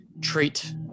treat